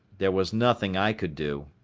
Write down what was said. there was nothing i could do.